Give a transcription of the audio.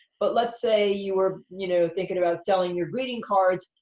but let's say you were, you know, thinking about selling your greeting cards.